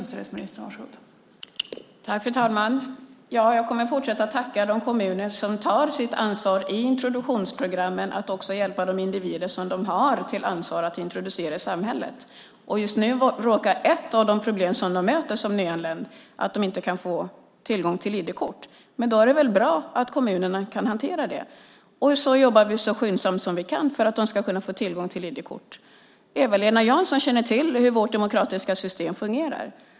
Fru talman! Jag kommer att fortsätta att tacka de kommuner som tar sitt ansvar i introduktionsprogrammen att hjälpa de individer som de har ansvar för att introducera i samhället. Just nu råkar ett av de problem som möter de nyanlända vara att de inte kan få tillgång till ID-kort. Men då är det väl bra att kommunerna kan hantera det. Vi jobbar så skyndsamt som vi kan för att de ska kunna få tillgång till ID-kort. Eva-Lena Jansson känner till hur vårt demokratiska system fungerar.